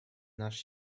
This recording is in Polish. nasz